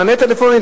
מענה טלפוני,